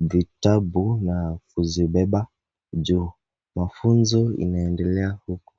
vitabu na kuzibebea juu. Mafunzo inaendelea huku.